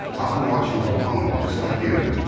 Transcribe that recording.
i'll be watching from home just like you,